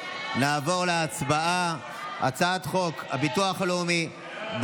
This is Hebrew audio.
נעבור להצבעה על הצעת חוק הביטוח הלאומי (תיקון,